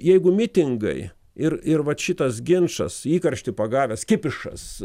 jeigu mitingai ir ir vat šitas ginčas įkarštį pagavęs kipišas